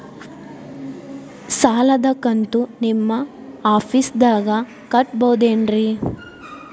ಸಾಲದ ಕಂತು ನಿಮ್ಮ ಆಫೇಸ್ದಾಗ ಕಟ್ಟಬಹುದೇನ್ರಿ?